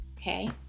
okay